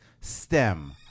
STEM